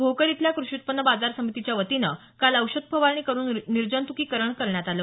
भोकर इथल्या कृषि उत्पन्न बाजार समितीच्या वतीनं काल औषध फवारणी करून निर्जंतुकीकरण करण्यात आलं